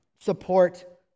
support